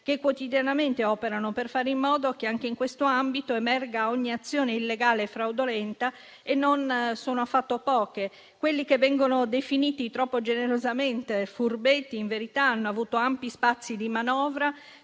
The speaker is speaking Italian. che quotidianamente operano per fare in modo che anche in questo ambito emerga ogni azione illegale e fraudolenta, e non sono affatto poche. Quelli che vengono definiti troppo generosamente furbetti, in verità, hanno avuto ampi spazi di manovra